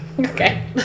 Okay